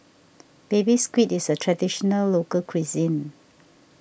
Baby Squid is a Traditional Local Cuisine